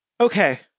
okay